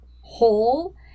hole